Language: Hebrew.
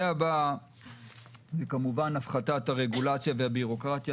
הנושא הבא הוא כמובן הפחתת הרגולציה והבירוקרטיה,